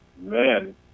man